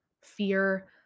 fear